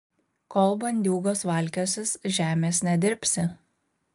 kol bandiūgos valkiosis žemės nedirbsi